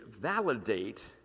validate